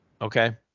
Okay